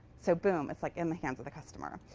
so boom. it's like in the hands of the customer.